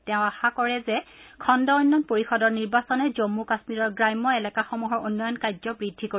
তেওঁ আশা কৰে যে খণ্ড উন্নয়ন পৰিয়দৰ নিৰ্বাচনে জন্মু কাম্মীৰৰ গ্ৰাম্য এলেকাসমূহৰ উন্নয়ন কাৰ্য্য বৃদ্ধি কৰিব